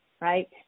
Right